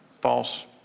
False